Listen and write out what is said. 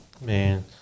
man